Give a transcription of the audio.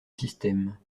système